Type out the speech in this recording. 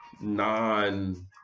non-